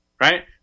right